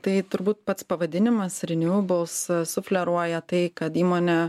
tai turbūt pats pavadinimas renewables sufleruoja tai kad įmonė